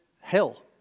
hell